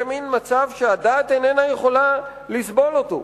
זה מין מצב שהדעת איננה יכולה לסבול אותו.